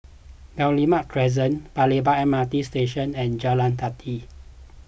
Guillemard Crescent Lebar M R T Station and Jalan Teliti